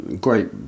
Great